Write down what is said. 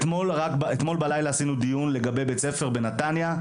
אתמול בלילה עשינו דיון לגבי בית ספר בנתניה,